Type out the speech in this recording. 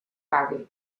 pague